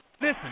Listen